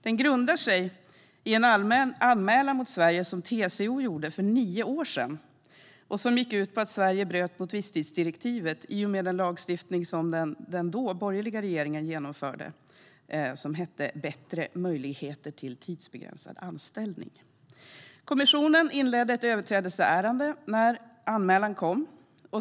Den grundar sig i en anmälan mot Sverige som TCO gjorde för nio år sedan och som gick ut på att Sverige bröt mot visstidsdirektivet i och med den lagstiftning som den borgerliga regeringen genomförde, Bättre möjligheter till tidsbegränsad anställning m.m. . Kommissionen inledde ett överträdelseärende när anmälan kom.